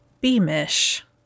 Beamish